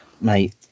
mate